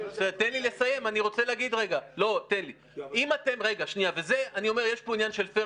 אני לא יודע --- יש פה עניין של פייר